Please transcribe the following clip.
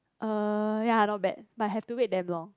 uh ya not bad but have to wait damn long